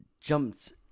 jumped